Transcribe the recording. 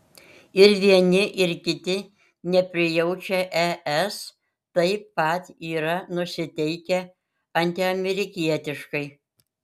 ir vieni ir kiti neprijaučia es taip pat yra nusiteikę antiamerikietiškai